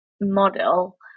model